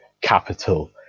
capital